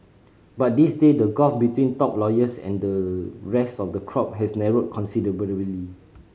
but these day the gulf between top lawyers and the rest of the crop has narrowed considerably